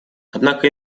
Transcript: однако